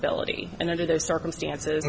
ability and under those circumstances